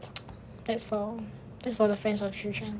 that's for that's for the friends of children